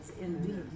indeed